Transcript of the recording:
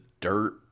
dirt